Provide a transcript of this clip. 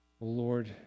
Lord